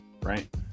right